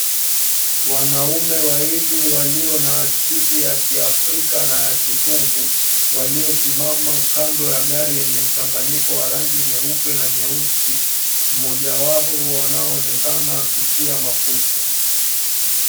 Wanaume wawili waliyo na asili ya kiafrika na ya kizungu waliosimama kando ya gari yenye mchanganyiko wa rangi nyeupe na nyeusi, mmoja wao anaonekana akitia mafuta.